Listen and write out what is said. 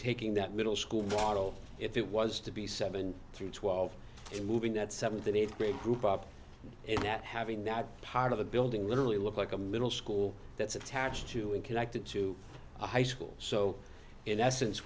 taking that middle school model if it was to be seven through twelve and moving that seventh and eighth grade group up and not having that part of the building literally look like a middle school that's attached to it connected to a high school so in essence